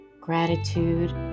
gratitude